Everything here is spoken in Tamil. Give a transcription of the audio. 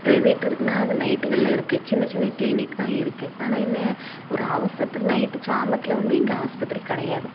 ப்ரைவேட் இருக்குதுன்னா அது நைட்டுக்கெல்லாம் இருக்குது சின்ன சின்ன கிளினிக் தான் இருக்குது ஆனால் என்ன ஒரு அவசரத்துக்கு நைட்டு சாமத்தில் வந்து இங்கே ஆஸ்பத்திரி கிடையாது